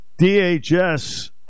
DHS